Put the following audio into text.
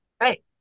right